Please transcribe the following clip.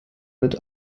mit